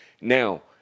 Now